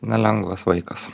nelengvas vaikas